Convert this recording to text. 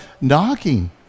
knocking